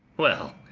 well,